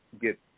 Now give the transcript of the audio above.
get